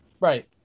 Right